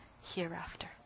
hereafter